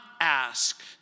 ask